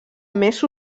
més